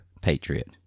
patriot